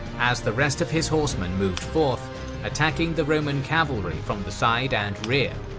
as the rest of his horsemen moved forth attacking the roman cavalry from the side and rear.